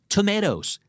Tomatoes